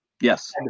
Yes